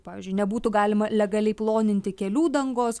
pavyzdžiui nebūtų galima legaliai ploninti kelių dangos